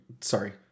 sorry